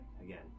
Again